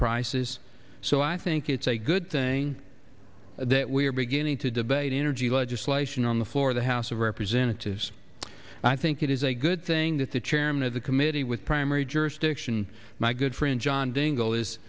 prices so i think it's a good thing that we are beginning to debate energy legislation on the floor of the house of representatives and i think it is a good thing that the chairman of the committee with primary jurisdiction my good friend john ding